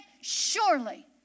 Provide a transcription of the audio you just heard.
Surely